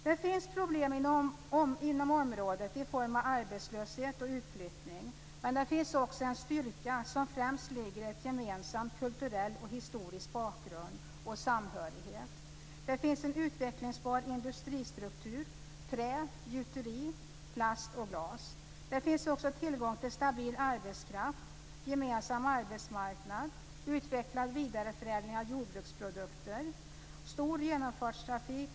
Det finns problem inom området i form av arbetslöshet och utflyttning, men det finns också en styrka, som främst ligger i en gemensam kulturell och historisk bakgrund och samhörighet. Det finns en utvecklingsbar industristruktur - trä, gjuteri, plast och glas. Det finns också tillgång till stabil arbetskraft, gemensam arbetsmarknad, utvecklad vidareförädling av jordbruksprodukter och stor genomfartstrafik.